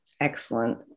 excellent